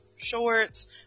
shorts